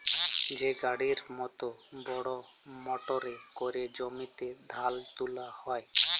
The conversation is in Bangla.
যে গাড়ির মত বড় মটরে ক্যরে জমিতে ধাল তুলা হ্যয়